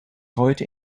heute